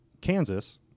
Kansas